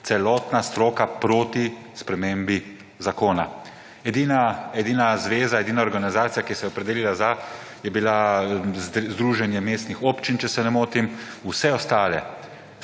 celotna stroka proti spremembi zakona. Edina zveza, edina organizacija, ki se je opredelila za, je bilo združenje mestnih občin, če se ne motim, vse ostale